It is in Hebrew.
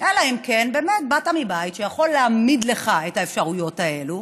אלא אם כן באמת באת מבית שיכול להעמיד לך את האפשרויות האלה.